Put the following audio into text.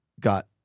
Got